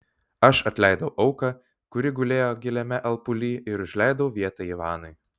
aš atleidau auką kuri gulėjo giliame alpuly ir užleidau vietą ivanui